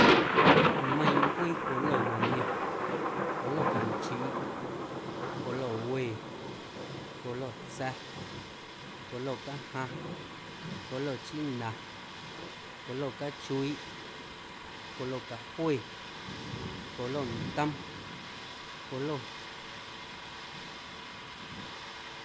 Nmeiiⁿ ncuee colo na niom colo canchiiꞌ, colo wee, colo tsa̱, colo cajaⁿ, colo china, colo cachuiiꞌ, colo cajue, colo ntom, colo.